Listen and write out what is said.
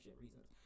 reasons